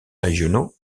régionaux